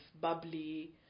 bubbly